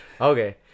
Okay